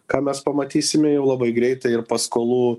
ką mes pamatysime jau labai greitai ir paskolų